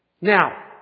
now